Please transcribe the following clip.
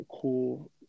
cool